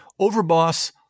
Overboss